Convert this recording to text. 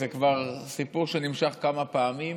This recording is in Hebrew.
זה סיפור שנמשך כבר כמה פעמים,